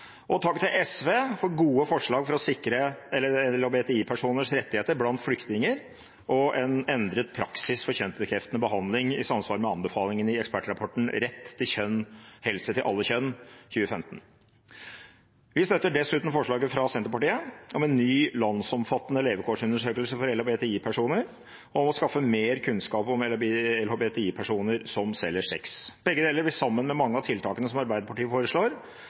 Takk til SV for gode forslag for å sikre LHBTI-personers rettigheter blant flyktninger og for en endret praksis for kjønnsbekreftende behandling i samsvar med anbefalingene i ekspertrapporten «Rett til kjønn – helse til alle kjønn» fra 2015. Vi støtter dessuten forslaget fra Senterpartiet om en ny landsomfattende levekårsundersøkelse for LHBTI-personer og forslaget fra SV om å skaffe mer kunnskap om LHBTI-personer som selger sex. Begge disse forslagene vil, sammen med mange av tiltakene som Arbeiderpartiet foreslår